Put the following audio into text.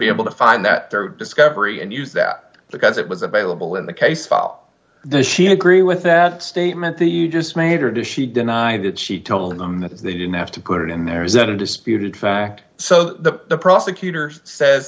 be able to find that their discovery and use that because it was available in the case file the she agree with that statement the you just made or does she deny that she told them that they didn't have to put it in there isn't a disputed fact so the prosecutor says